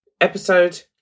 episode